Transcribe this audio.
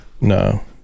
No